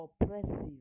oppressive